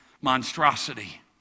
monstrosity